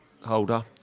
holder